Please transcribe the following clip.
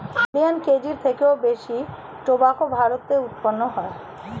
million কেজির থেকেও বেশি টোবাকো ভারতে উৎপাদন হয়